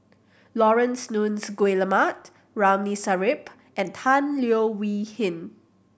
Laurence Nunns Guillemard Ramli Sarip and Tan Leo Wee Hin